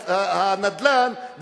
הנדל"ן,